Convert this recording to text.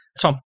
Tom